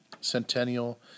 Centennial